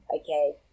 okay